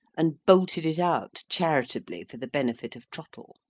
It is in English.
and bolted it out charitably for the benefit of trottle.